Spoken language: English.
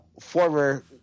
former